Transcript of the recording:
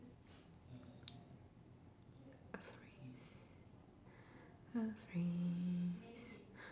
a phrase a phrase